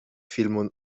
filmu